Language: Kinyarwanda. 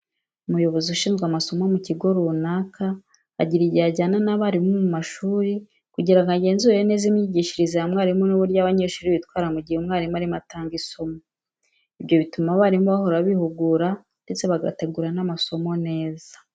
Umuyobozi ushinzwe amasomo mu kigo runaka agira igihe ajyana n'abarimu mu mashuri kugira ngo agenzure neza imyigishirize ya mwarimu n'uburyo abanyeshuri bitwara mu gihe umwarimu arimo atanga isomo. Ibyo bituma abarimu bahora bihugura ndetse bagategura n'amasomo neza.